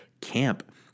camp